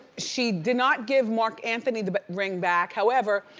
she did not give marc anthony the but ring back however,